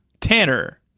Tanner